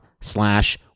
slash